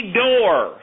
door